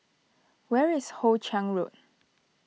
where is Hoe Chiang Road